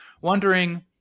wondering